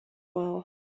well